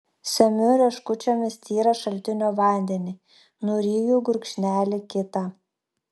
semiu rieškučiomis tyrą šaltinio vandenį nuryju gurkšnelį kitą